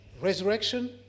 resurrection